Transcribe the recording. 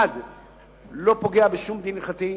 1. לא פוגע בשום דין הלכתי,